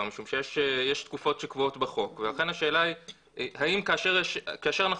משום שיש תקופות שקבועות בחוק ולכן השאלה האם כאשר אנחנו